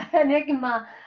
enigma